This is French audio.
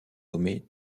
nommées